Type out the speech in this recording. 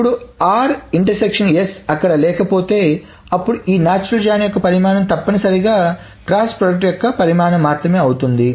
ఇప్పుడు అక్కడ లేకపోతే అప్పుడు ఈ నాచురల్ జాయిన్ యొక్క పరిమాణం తప్పనిసరిగా క్రాస్ ప్రొడక్ట్ యొక్క పరిమాణం మాత్రమే అవుతుంది